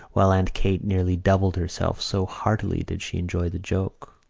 while aunt kate nearly doubled herself, so heartily did she enjoy the joke.